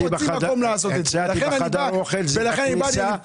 לדעת מה עתידו של